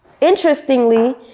interestingly